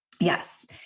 Yes